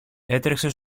έτρεξε